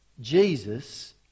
Jesus